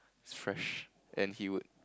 fresh and he would